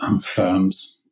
firms